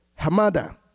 Hamada